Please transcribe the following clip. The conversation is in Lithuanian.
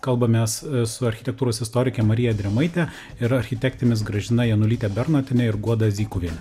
kalbamės su architektūros istorike marija drėmaite ir architektėmis gražina janulyte bernotiene ir guoda zykuviene